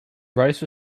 bryce